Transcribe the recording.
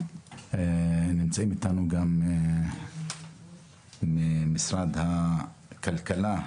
נמצאים אתנו גם נציגים ממשרד הכלכלה,